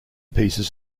pieces